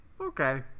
Okay